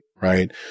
right